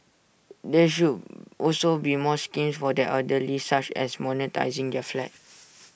there should also be more schemes for the elderly such as monetising their flat